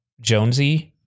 Jonesy